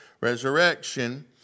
resurrection